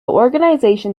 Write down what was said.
organization